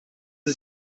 sie